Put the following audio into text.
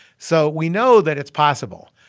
so we know that it's possible.